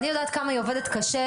אני יודעת כמה היא עובדת קשה,